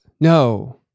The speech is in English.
no